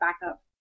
backup